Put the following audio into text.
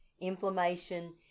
inflammation